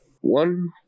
One